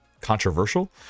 controversial